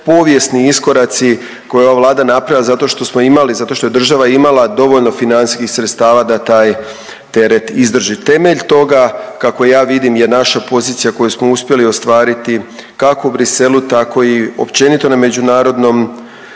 povijesni iskoraci koje je ova Vlada napravila zato što smo imali, zato što je država imala dovoljno financijskih sredstava da taj teret izdrži. Temelj toga kako ja vidim je naša pozicija koju smo uspjeli ostvariti kako u Bruxellesu, tako i općenito na međunarodnim